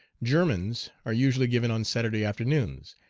germans are usually given on saturday afternoons,